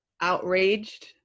outraged